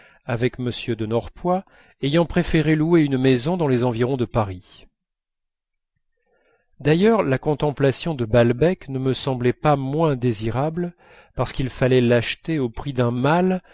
avec m de norpois ayant préféré louer une maison dans les environs de paris d'ailleurs la contemplation de balbec ne me semblait pas moins désirable parce qu'il fallait l'acheter au prix d'un mal